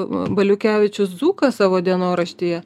baliukevičius dzūkas savo dienoraštyje